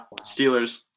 Steelers